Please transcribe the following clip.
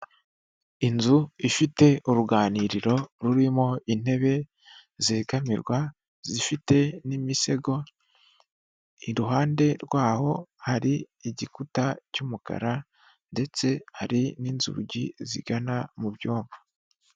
Inzu ifite uruganiriro rurimo intebe zegamirwa zifite n'imisego. Iruhande rwaho hari igikuta cy'umukara ndetse hari n'inzugi zigana mu byumba.